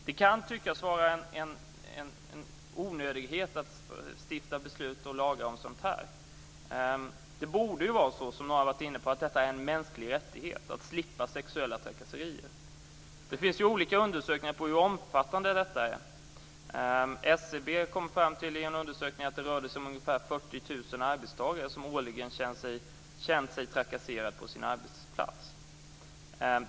Det kan tyckas vara en onödighet att fatta beslut och stifta lagar om sådant här. Det borde vara så, som någon har varit inne på, att det är en mänsklig rättighet att slippa sexuella trakasserier. Olika undersökningar har gjorts om hur omfattande detta är. SCB har i en undersökning kommit fram till att det rör sig om ungefär 40 000 arbetstagare som årligen känt sig trakasserade på sina arbetsplatser.